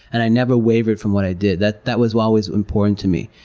and i never wavered from what i did. that that was always important to me.